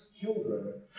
children